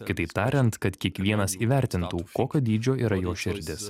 kitaip tariant kad kiekvienas įvertintų kokio dydžio yra jo širdis